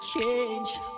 change